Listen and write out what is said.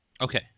Okay